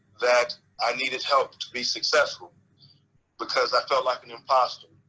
that i needed help to be successful because i felt like an impostor.